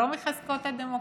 הן לא מחזקות את הדמוקרטיה,